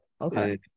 Okay